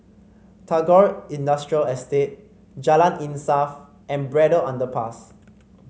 Tagore Industrial Estate Jalan Insaf and Braddell Underpass